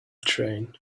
train